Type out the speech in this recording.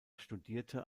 studierte